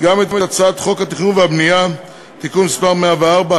גם את הצעת חוק התכנון והבנייה (תיקון מס' 104),